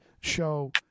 show